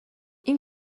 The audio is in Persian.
این